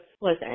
listen